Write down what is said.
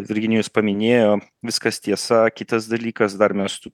virginijus paminėjo viskas tiesa kitas dalykas dar mes tų